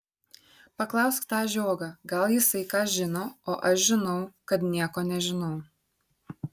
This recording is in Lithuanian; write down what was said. paklausk tą žiogą gal jisai ką žino o aš žinau kad nieko nežinau